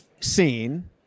seen